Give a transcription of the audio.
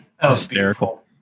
hysterical